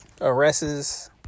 arrests